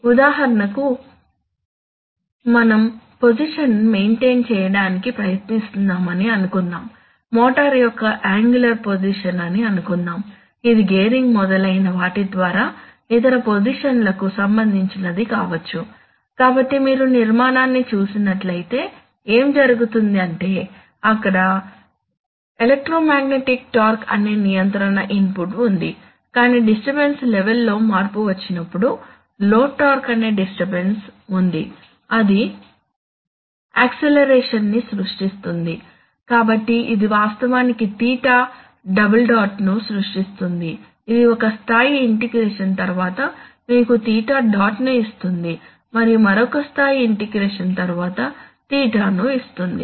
ఉదాహరణకు మనం పొజిషన్ ని మెయింటైన్ చేయడానికి ప్రయత్నిస్తున్నామని అనుకుందాం మోటారు యొక్క యంగులార్ పొజిషన్ అని అనుకుందాం ఇది గేరింగ్ మొదలైన వాటి ద్వారా ఇతర పొజిషన్ లకు సంబంధించినది కావచ్చు కాబట్టి మీరు నిర్మాణాన్ని చూసినట్లయితే ఏమి జరుగుతుంది అంటే అక్కడ ఎలెక్ట్రోమాగ్నెటిక్ టార్క్ అనే నియంత్రణ ఇన్పుట్ ఉంది కానీ డిస్టర్బన్స్ లెవెల్ లో మార్పు వచ్చినప్పుడు లోడ్ టార్క్ అనే డిస్టర్బన్స్ ఉంది ఇది యాక్సిలేరేషన్ ని సృష్టిస్తుంది కాబట్టి ఇది వాస్తవానికి θ డబుల్ డాట్ను సృష్టిస్తుంది ఇది ఒక స్థాయి ఇంటిగ్రేషన్ తర్వాత మీకు θ డాట్ను ఇస్తుంది మరియు మరొక స్థాయి ఇంటిగ్రేషన్ తరువాత θ ను ఇస్తుంది